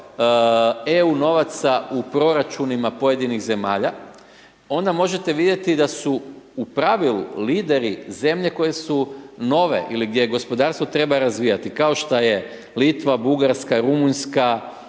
EU novaca u proračunima pojedinih zemalja, onda možete vidjeti da su u pravilu lideri zemlje koje su nove, ili gdje je gospodarstvo treba razvijati, kao šta je Litva, Bugarska, Rumunjska,